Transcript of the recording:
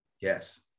Yes